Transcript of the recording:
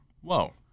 Whoa